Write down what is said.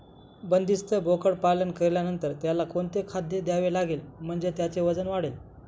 बंदिस्त बोकडपालन केल्यानंतर त्याला कोणते खाद्य द्यावे लागेल म्हणजे त्याचे वजन वाढेल?